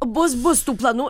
bus bus tų planų